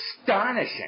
astonishing